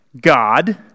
God